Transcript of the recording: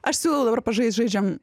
aš siūlau dabar pažaist žaidžiam